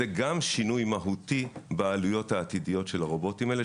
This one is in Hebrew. זה גם שינוי מהותי בעלויות העתידיות של הרובוטים האלה,